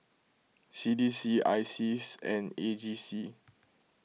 C D C I Seas and A G C